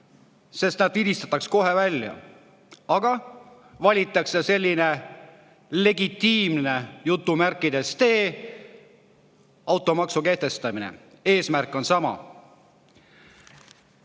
sest nad vilistataks kohe välja. Aga valiti selline "legitiimne" tee – automaksu kehtestamine. Eesmärk on sama.